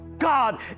God